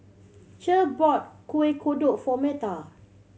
Cher bought Kueh Kodok for Metha